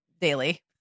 daily